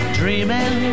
dreaming